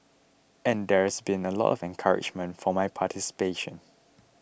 and there's been a lot of encouragement for my participation